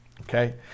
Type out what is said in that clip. Okay